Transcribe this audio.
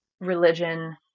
religion